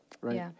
Right